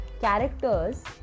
characters